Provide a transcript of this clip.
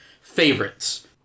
favorites